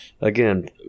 again